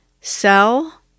sell